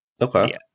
Okay